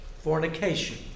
Fornication